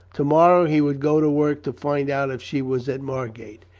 to morrow he would go to work to find out if she was at margate,